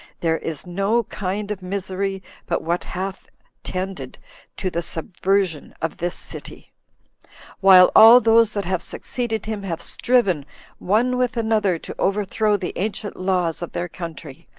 there is no kind of misery but what hath tended to the subversion of this city while all those that have succeeded him have striven one with another to overthrow the ancient laws of their country,